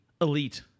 elite